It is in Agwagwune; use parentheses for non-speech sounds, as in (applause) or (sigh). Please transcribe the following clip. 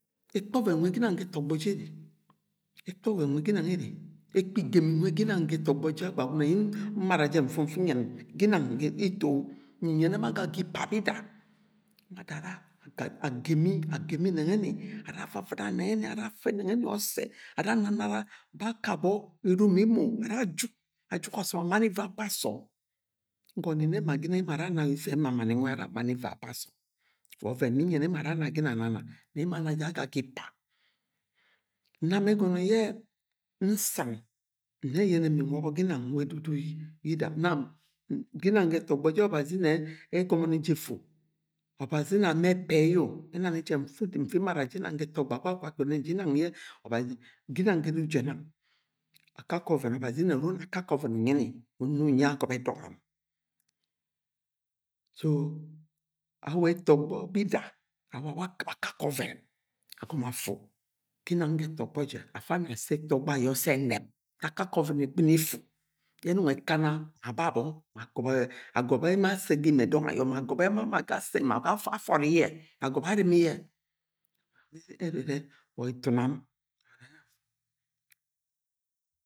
Ekpo oven nwe ginang ga etogbo je ere, ekpo oven nwe ginang ere, ekpo igemi nwe je agwagune yi nmaraje nfu nfi nyen ginang (hesitation) ito, nni nyene mo aga ga ipa bida ada ara (unintelligible) agemi, agemi nenge-ni ara avivina nenge ni, ara afe nenge ni osse ara ananara baka ubo erom emo ara ajuk, ajuk asom amani ivie aba asom ngono ni nne ma ginang emo ara ana ma ivei emamani nwe are amani ivie aba asom, wo oven yi nyene emo ara ana ginang nana ne emo ana ja ga ipa. Nam egono ye nsang nne mi nwobo ginang nwa edudu yida nam ginang ga estobo je obazi ina egomo ni te efu obazi ina ne epe o ema ni je nfu nfi nmara jinang ye obazi ginang ga edudu je nang akake over onyi ni, una umyi agobe dong am so awa etogbo bida awa-awa akip akake oven agomo afu ginang ga etogbo je afa ana se etogbo ayo se enep akako oven egini efu ye enung ekana ma babo ma agobe agobe emo asse ga imie dong ayo ma agobe emo ga asse ma (hesitation) afori ye, agobe arimi ye (unintelligible) wa itune am (unintelligible)